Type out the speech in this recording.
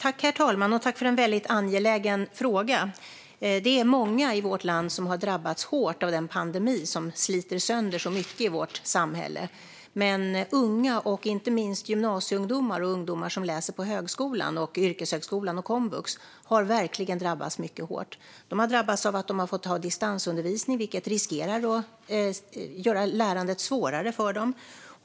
Herr talman! Tack för en väldigt angelägen fråga! Det är många i vårt land som har drabbats hårt av den pandemi som sliter sönder så mycket i vårt samhälle. Unga och inte minst gymnasieungdomar och ungdomar som läser på högskolan, yrkeshögskolan och komvux har verkligen drabbats mycket hårt. De har drabbats av att de får ha distansundervisning, vilket riskerar att göra lärandet svårare för dem.